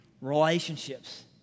relationships